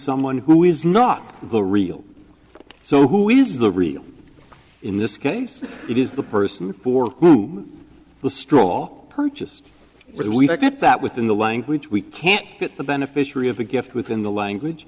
someone who is not the real so who is the real in this case it is the person for whom the straw purchase was we think that that within the language we can't get the beneficiary of the gift within the language